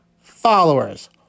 followers